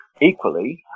Equally